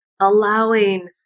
allowing